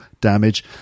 damage